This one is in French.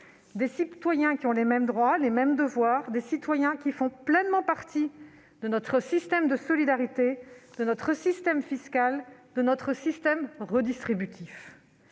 des citoyens ayant les mêmes droits et les mêmes devoirs, faisant pleinement partie de notre système de solidarité, de notre système fiscal, de notre système redistributif,